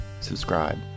subscribe